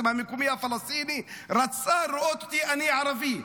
המקומי הפלסטיני אלא רצתה לראות בי ערבי.